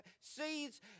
seeds